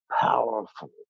powerful